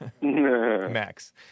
max